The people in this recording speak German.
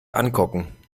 angucken